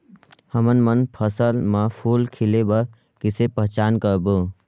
हमन मन फसल म फूल खिले बर किसे पहचान करबो?